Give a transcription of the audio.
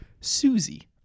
Susie